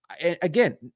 Again